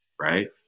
right